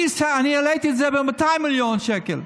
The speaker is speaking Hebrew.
אני העליתי את זה ב-200 מיליון שקל.